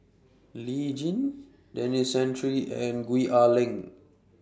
Lee Tjin Denis Santry and Gwee Ah Leng